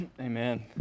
Amen